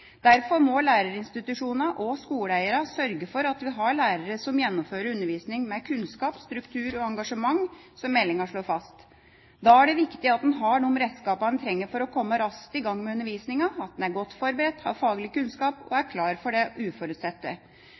Derfor må lærerinstitusjonene og skoleeierne sørge for at vi har lærere som gjennomfører undervisningen med «struktur, kunnskap og engasjement», som meldingen slår fast. Da er det viktig at en har de redskapene en trenger for å komme raskt i gang med undervisningen, at en er godt forberedt, har faglig kunnskap og er klar for det uforutsette.